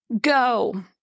go